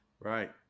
Right